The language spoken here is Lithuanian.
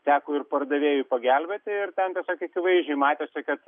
teko ir pardavėjui pagelbėti ir ten tiesiog akivaizdžiai matėsi kad